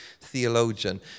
theologian